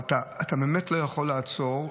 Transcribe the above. אבל אתה באמת לא יכול לעצור.